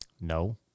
No